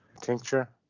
Tincture